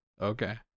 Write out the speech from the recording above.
Okay